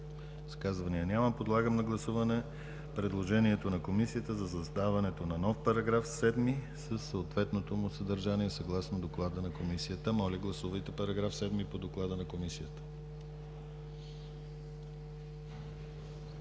Изказвания няма. Подлагам на гласуване предложението на Комисията за създаването на нов § 7 със съответното му съдържание, съгласно доклада на Комисията. Моля, гласувайте § 7 по доклада на Комисията.